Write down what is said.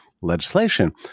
legislation